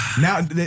Now